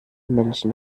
menschen